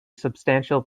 substantial